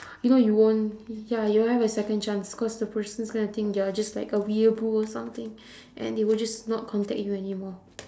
you know you won't ya you won't have a second chance cause the person is gonna think you're just like a weeaboo or something and he will just not contact you anymore